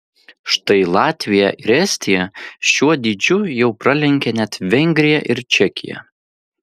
štai latvija ir estija šiuo dydžiu jau pralenkė net vengriją ir čekiją